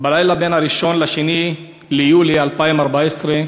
בלילה שבין 1 ל-2 ביולי 2014,